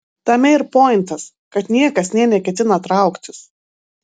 tame ir pointas kad niekas nė neketina trauktis